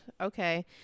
Okay